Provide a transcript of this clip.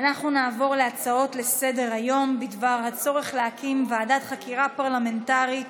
נעבור להצעה לסדר-היום בדבר הצורך בהקמת ועדת חקירה פרלמנטרית